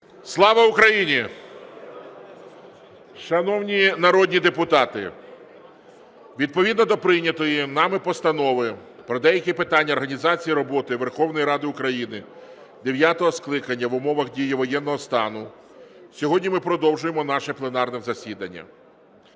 Слава Україні! Шановні народні депутати, відповідно до прийнятої нами Постанови "Про деякі питання організації роботи Верховної Ради України дев'ятого скликання в умовах дії воєнного стану" сьогодні ми продовжуємо наше пленарне засідання.